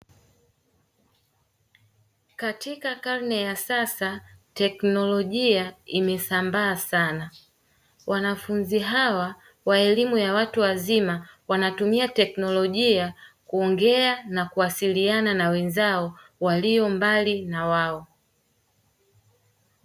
Katika karne ya sasa teknolojia imesambaa sana; wanafunzi hawa wa elimu ya watu wazima wanatumia teknolojia kuongea na kuwasiliana na wenzao walio mbali na wao.